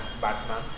Batman